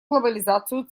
глобализацию